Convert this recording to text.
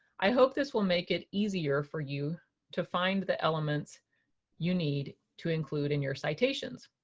i hope this will make it easier for you to find the elements you need to include in your citations.